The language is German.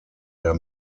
der